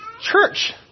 church